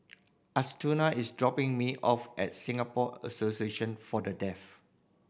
Assunta is dropping me off at Singapore Association For The Deaf